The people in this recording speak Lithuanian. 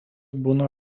būna